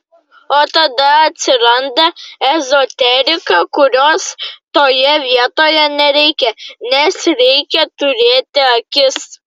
o tada atsiranda ezoterika kurios toje vietoje nereikia nes reikia turėti akis